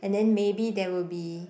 and then maybe there will be